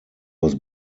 was